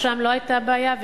ושם לא היתה בעיה,